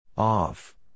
Off